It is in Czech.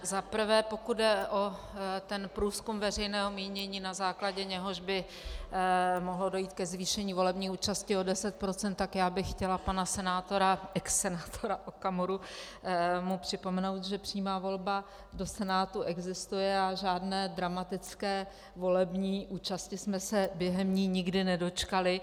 Za prvé pokud jde o průzkum veřejného mínění, na základě něhož by mohlo dojít k zvýšení volební účasti o 10 %, tak já bych chtěla panu exsenátoru Okamurovi připomenout, že přímá volba do Senátu existuje a žádné dramatické volební účasti jsme se během ní nikdy nedočkali.